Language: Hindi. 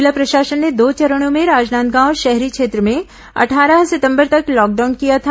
जिला प्रशासन ने दो चरणों में राजनांदगांव शहरी क्षेत्र में अट्ठारह सितंबर तक लॉकडाउन किया था